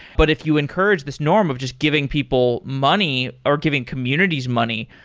but if you encourage this norm of just giving people money or giving communities money,